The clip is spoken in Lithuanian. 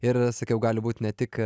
ir sakiau gali būt ne tik